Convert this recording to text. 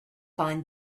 find